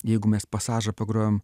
jeigu mes pasažą pagrojam